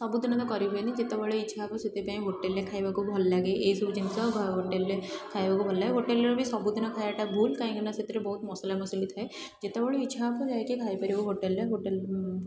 ସବୁଦିନ ତ କରିହୁଏନି ଯେତେବେଳେ ଇଚ୍ଛା ହେବ ସେଥିପାଇଁ ହୋଟେଲ୍ରେ ଖାଇବାକୁ ଭଲଲାଗେ ଏହିସବୁ ଜିନିଷ ହୋଟେଲ୍ରେ ଖାଇବାକୁ ଭଲଲାଗେ ହୋଟେଲ୍ର ବି ସବୁଦନ ଖାଇବାଟା ଭୁଲ୍ କାହିଁକିନା ସେଥିରେ ବହୁତ ମସଲାମସଲି ଥାଏ ଯେତେବେଳେ ଇଚ୍ଛା ହେବ ଯାଇକି ଖାଇପାରିବ ହୋଟେଲ୍ରେ ହୋଟେଲ୍